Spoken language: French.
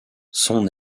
son